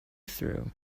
through